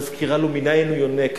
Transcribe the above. מזכירה מנין הם יונקים,